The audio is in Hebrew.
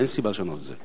אין סיבה לשנות את זה.